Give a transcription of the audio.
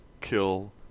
kill